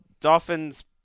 Dolphins